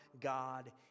God